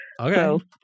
Okay